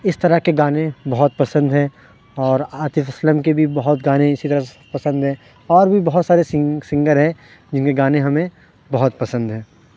اس طرح کے گانے بہت پسند ہیں اور عاطف اسلم کے بھی بہت گانے اسی طرح سے پسند ہیں اور بھی بہت سارے سنگ سنگر ہیں جن کے گانے ہمیں بہت پسند ہیں